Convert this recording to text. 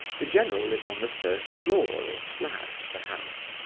the general lived on the first floor or flat of the house,